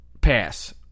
Pass